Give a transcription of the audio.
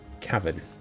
Cavern